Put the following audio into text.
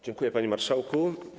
Dziękuję, panie marszałku.